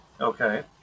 okay